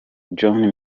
john